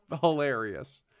hilarious